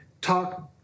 talk